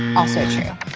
also true. oh,